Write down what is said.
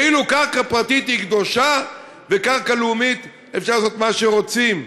כאילו קרקע פרטית היא קדושה ובקרקע לאומית אפשר לעשות מה שרוצים.